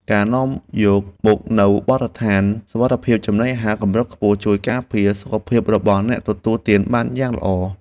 ការនាំយកមកនូវបទដ្ឋានសុវត្ថិភាពចំណីអាហារកម្រិតខ្ពស់ជួយការពារសុខភាពរបស់អ្នកទទួលទានបានយ៉ាងល្អ។